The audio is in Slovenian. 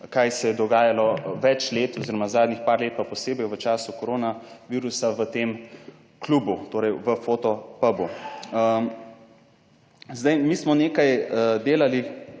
kaj se je dogajalo več let oziroma zadnjih par let, pa posebej v času korona virusa v tem klubu, torej, v Fotopabu. Sedaj, mi smo nekaj delali